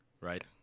right